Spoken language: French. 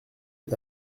est